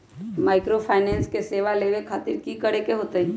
Microfinance के सेवा लेबे खातीर की करे के होई?